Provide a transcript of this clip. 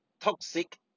toxic